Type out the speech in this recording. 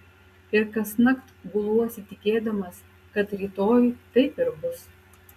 ir kasnakt guluosi tikėdamas kad rytoj taip ir bus